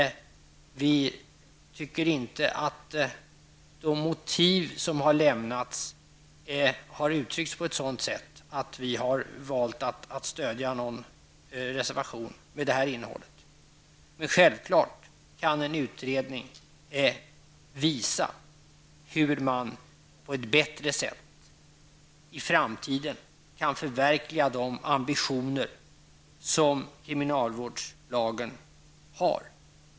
Däremot tycker vi inte att de motiv som har lämnats har uttryckts på ett sådant sätt att vi har valt att stödja någon reservation med det här innehållet. Självfallet kan en utredning visa hur man på ett bättre sätt i framtiden kan förverkliga de ambitioner som ligger bakom kriminalvårdslagen.